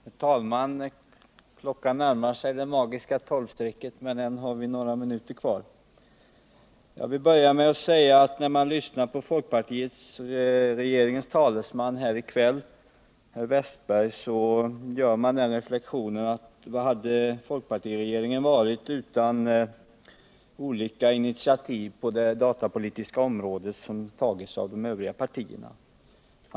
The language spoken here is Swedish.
Herr talman! Klockan närmar sig det magiska tolvstrecket. Men ännu har vi några minuter kvar. Jag vill börja med att säga att när man lyssnar till folkpartiregeringens talesman här i kväll, herr Wästberg, så gör man reflexionen, att vad hade folkpartiregeringen varit utan alla de olika initiativ på det datapolitiska området som tagits av de övriga partierna.